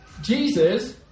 Jesus